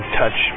touch